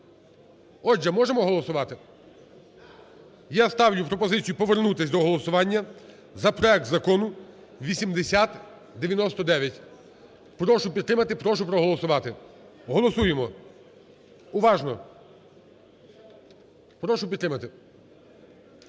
Отже, можемо голосувати? Я ставлю пропозицію повернутись до голосування за проект Закону 8099. Прошу підтримати, прошу проголосувати. Голосуємо уважно. Прошу підтримати.